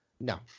no